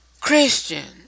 Christian